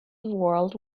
world